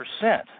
percent